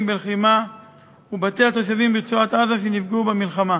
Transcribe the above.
בלחימה ובתי התושבים ברצועת-עזה שנפגעו במלחמה.